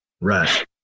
Right